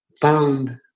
found